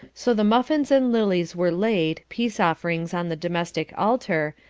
so the muffins and lilies were laid, peace offerings on the domestic altar,